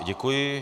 Děkuji.